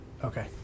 Okay